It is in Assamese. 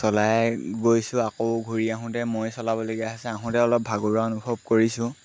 চলাই গৈছোঁ আকৌ ঘূৰি আহোঁতে ময়ে চলাবলগীয়া হৈছে আহোঁতে অলপ ভাগৰুৱা অনুভৱ কৰিছোঁ